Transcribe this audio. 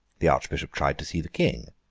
the archbishop tried to see the king.